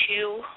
two